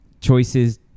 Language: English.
choices